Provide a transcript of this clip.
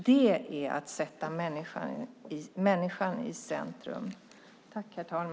Det är att sätta människan i centrum.